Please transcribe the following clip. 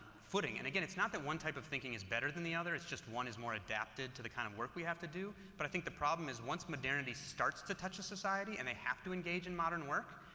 footing. and again, it's not that one type of thinking is better than the other, it's just one is more adapted to the kind of work we have do. but i think the problem is once modernity starts to touch a society and they have to engage if and modern work,